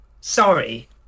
sorry